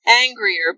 angrier